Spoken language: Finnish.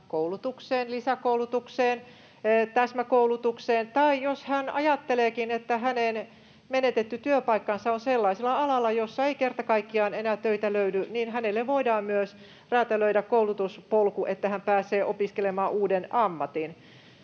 koulutukseen, lisäkoulutukseen, täsmäkoulutukseen, tai jos hän ajatteleekin, että hänen menetetty työpaikkansa on sellaisella alalla, jolla ei kerta kaikkiaan enää töitä löydy, niin hänelle voidaan myös räätälöidä koulutuspolku, niin että hän pääsee opiskelemaan uuden ammatin.